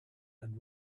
and